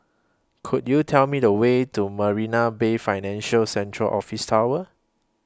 Could YOU Tell Me The Way to Marina Bay Financial Centre Office Tower